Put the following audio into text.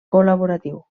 col·laboratiu